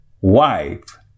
wife